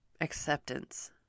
acceptance